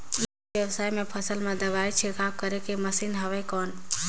ई व्यवसाय म फसल मा दवाई छिड़काव करे के मशीन हवय कौन?